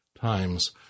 times